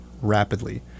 rapidly